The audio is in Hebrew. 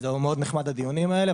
וזה מאוד נחמד הדיונים האלה,